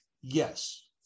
yes